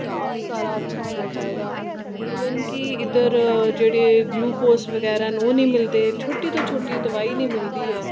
staff सारा अच्छा होना चाहिदा इवन कि इद्धर जेह्ड़े ग्लूकोज़ बगैरा न ओह् नीं मिलदे छोटी तों छोटी दवाई नीं मिलदी ऐ